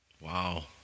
Wow